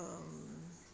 um